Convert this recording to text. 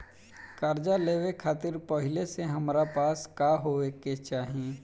कर्जा लेवे खातिर पहिले से हमरा पास का होए के चाही?